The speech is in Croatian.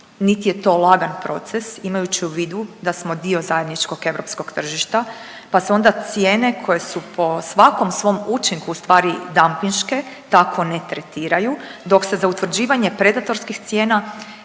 niti je to lagan proces imajući u vidu da smo dio zajedničkog europskog tržišta, pa se onda cijene koje su po svakom svom učinku ustvari dampinške tako ne tretiraju dok se za utvrđivanje predatorskih cijena